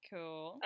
Cool